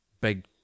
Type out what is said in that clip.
big